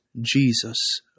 Jesus